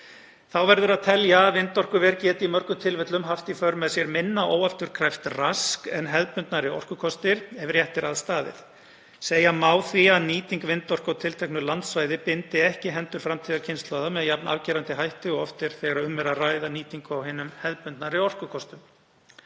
Þá verður að telja verður að vindorkuver geti í mörgum tilvikum haft í för með sér minna óafturkræft rask en hefðbundnari orkukostir, ef rétt er að staðið. Segja má því að nýting vindorku á tilteknu landsvæði bindi ekki hendur framtíðarkynslóða með jafn afgerandi hætti og oft er þegar um er að ræða nýtingu á hinum hefðbundnari orkukostum.